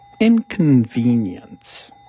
inconvenience